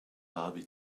barbie